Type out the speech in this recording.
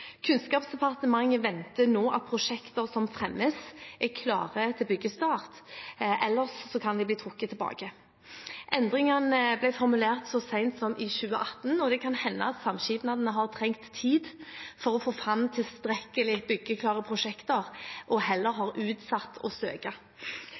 Kunnskapsdepartementet venter nå at prosjekter som fremmes, er klare til byggestart, ellers kan de bli trukket tilbake. Endringene ble formulert så sent som i 2018, og det kan hende at samskipnadene har trengt tid for å få fram tilstrekkelig byggeklare prosjekter, og heller har